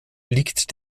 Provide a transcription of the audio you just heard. liegt